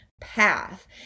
path